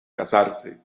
casarse